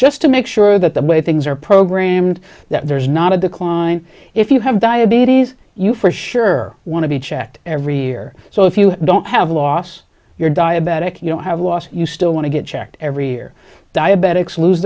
just to make sure that the way things are programmed that there's not a decline if you have diabetes you for sure want to be checked every year so if you don't have loss you're diabetic you don't have loss you still want to get checked every year diabetics lose